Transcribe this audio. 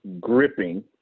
gripping